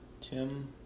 Tim